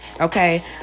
okay